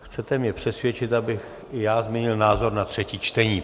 Chcete mě přesvědčit, abych i já změnil názor na třetí čtení.